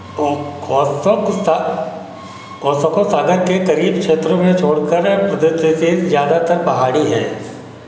ओखोत्सबता ओसोको सागर के करीब क्षेत्रों में छोड़कर परिदृश्य के ज़्यादातर पहाड़ी है